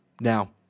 Now